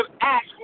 ask